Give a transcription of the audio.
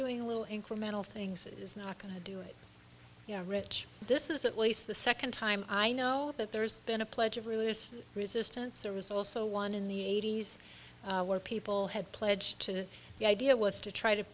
doing a little incremental things that is not going to do it you know rich this is at least the second time i know that there's been a pledge of religious resistance there was also one in the eighty's where people had pledged to the idea was to try to